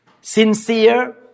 sincere